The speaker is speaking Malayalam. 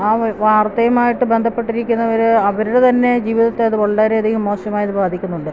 ആ വാർത്തയുമായിട്ട് ബന്ധപ്പെട്ടിരിക്കുന്നവര് അവരുടെ തന്നെ ജീവിതത്തെ അത് വളരെയധികം മോശമായി അത് ബാധിക്കുന്നുണ്ട്